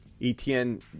ETN